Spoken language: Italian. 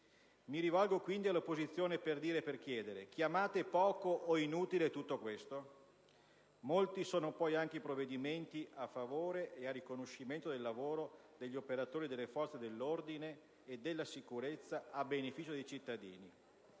Mi rivolgo quindi all'opposizione per chiedere: chiamate poco o inutile tutto questo? Molte sono poi anche le misure a favore e a riconoscimento del lavoro degli operatori delle forze dell'ordine e della sicurezza, a beneficio dei cittadini.